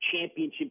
championship